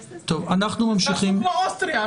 תעשו כמו אוסטריה.